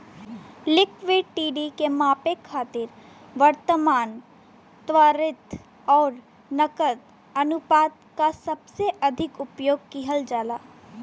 liquidity के मापे खातिर वर्तमान, त्वरित आउर नकद अनुपात क सबसे अधिक उपयोग किहल जाला